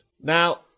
Now